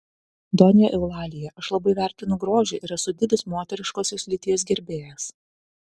donja eulalija aš labai vertinu grožį ir esu didis moteriškosios lyties gerbėjas